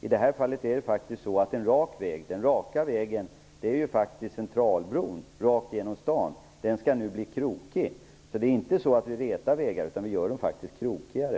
I det här fallet är den raka vägen faktiskt Centralbron rakt igenom stan; den skall nu bli krokig. Det är alltså inte så att vi rätar vägar, utan vi gör dem faktiskt krokigare.